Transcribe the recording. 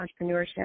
entrepreneurship